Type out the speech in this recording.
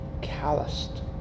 calloused